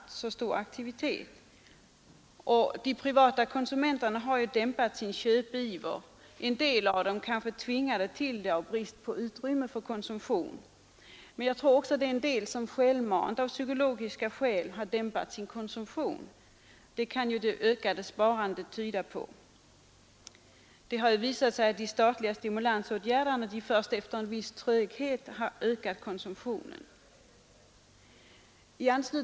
De privata konsumenterna har dämpat sin köpiver, en del av dem kanske tvingade till det av brist på utrymme för konsumtion. Men en del av dem har säkert självmant av psykologiska skäl minskat sin konsumtion — det ökade sparandet kan tyda på det. Så har t.ex. de statliga stimulansåtgärderna först efter en viss tröghet ökat konsumtionen.